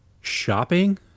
shopping